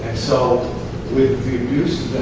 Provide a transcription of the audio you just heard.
so with the abuses